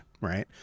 right